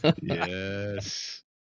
Yes